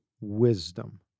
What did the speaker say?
wisdom